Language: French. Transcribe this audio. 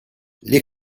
les